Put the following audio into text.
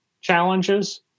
challenges